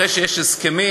אחרי שיש הסכמים,